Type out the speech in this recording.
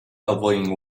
elbowing